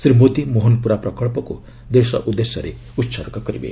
ଶ୍ରୀ ମୋଦି ମୋହନପୁରା ପ୍ରକଳ୍ପକୁ ଦେଶ ଉଦ୍ଦେଶ୍ୟରେ ଉତ୍ଗ କରିବେ